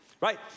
right